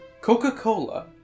Coca-Cola